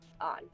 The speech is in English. on